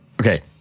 Okay